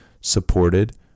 supported